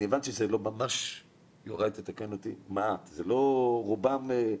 אני הבנתי שזה ממש מעט, ויוראי, תתקן אותי.